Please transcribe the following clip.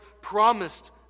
promised